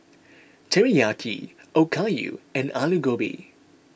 Teriyaki Okayu and Alu Gobi